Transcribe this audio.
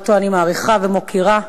אותו אני מעריכה ומוקירה,